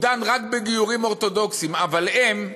הוא דן רק בגיורים אורתודוקסים, אבל הם,